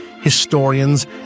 historians